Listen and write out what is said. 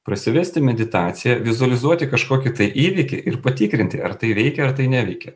prasivesti meditaciją vizualizuoti kažkokį tai įvykį ir patikrinti ar tai veikia ar tai neveikia